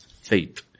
faith